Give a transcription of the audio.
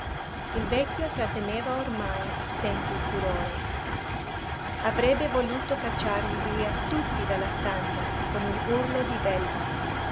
il vecchio tratteneva ormai a stento il furore avrebbe voluto cacciarli via tutti dalla stanza con un urlo di belva